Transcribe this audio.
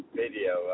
video